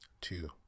two